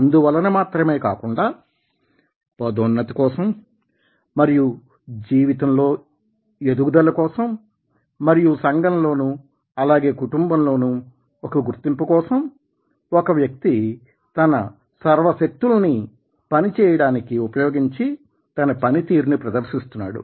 అందువలన మాత్రమే కాకుండా పదోన్నతి కోసం మరియు జీవితంలో పెరుగుదల కోసం మరియు సంఘంలోనూ అలాగే కుటుంబంలోనూ ఒక గుర్తింపు కోసం ఒక వ్యక్తి తన సర్వ శక్తులనీ పని చేయడానికి ఉపయోగించి తన పనితీరుని ప్రదర్శిస్తున్నాడు